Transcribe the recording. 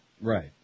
Right